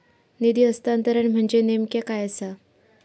निधी हस्तांतरण म्हणजे नेमक्या काय आसा?